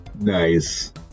nice